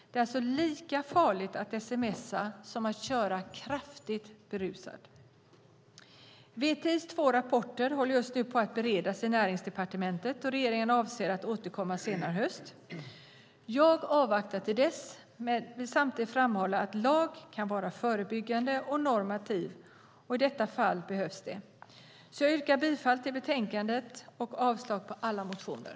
Det är alltså lika farligt att sms:a som att köra kraftigt berusad. VTI:s två rapporter håller just nu på att beredas i Näringsdepartementet. Regeringen avser att återkomma senare i höst. Jag avvaktar till dess men vill samtidigt framhålla att lag kan vara förebyggande och normativ, och i detta fall behövs det. Jag yrkar bifall till förslaget i betänkandet och avslag på alla motioner.